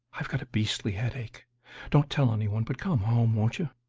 i've got a beastly headache don't tell any one, but come home, won't you?